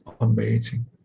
amazing